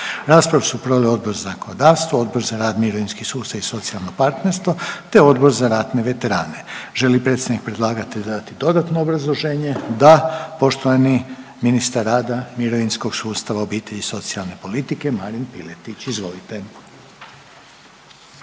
Raspravu su proveli Odbor za zakonodavstvo, Odbor za rad, mirovinski sustav i socijalno partnerstvo te Odbor za ratne veterane. Želi li predstavnik predlagatelja dati dodatno obrazloženje? Da, poštovani ministar rada, mirovinskog sustava i socijalne politike Marin Piletić. Izvolite.